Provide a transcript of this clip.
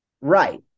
Right